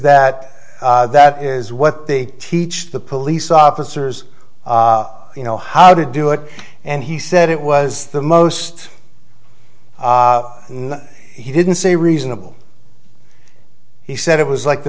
that that is what they teach the police officers you know how to do it and he said it was the most and he didn't say reasonable he said it was like the